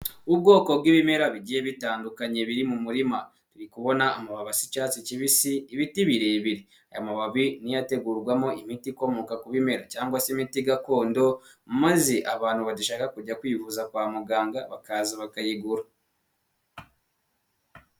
Ubwoko bwi'ibimera bigiye bitandukanye biri mu murima, ndikubona amababi y'icyatsi kibisi ibiti birebire, aya mababi niyo ategurwamo imiti ikomoka ku bimera cyangwa se imiti gakondo maze abantu badashaka kujya kwivuza kwa muganga bakaza bakayigura.